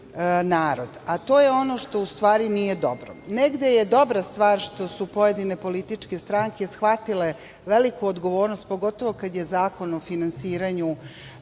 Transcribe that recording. a to je ono što u stvari nije dobro. Negde je dobra stvar što su pojedine političke stranke shvatile veliku odgovornost, pogotovo kada je Zakon o finansiranju